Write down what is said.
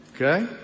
Okay